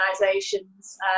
organizations